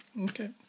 okay